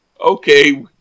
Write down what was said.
Okay